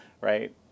right